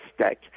steak